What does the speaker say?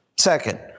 Second